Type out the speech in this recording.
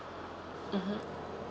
mmhmm